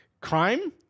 crime